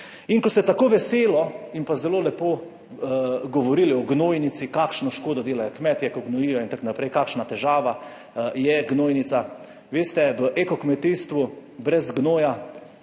In ko ste tako veselo in pa zelo lepo govorili o gnojnici, kakšno škodo delajo kmetje, ko gnojijo in tako naprej, kakšna težava je gnojnica, veste, v eko kmetijstvu brez gnoja